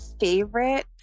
favorite